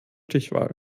stichwahl